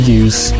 use